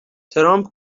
ترامپ